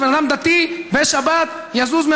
שבן אדם דתי, בשבת, יזוז?